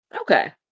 Okay